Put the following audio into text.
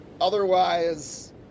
Otherwise